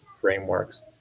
frameworks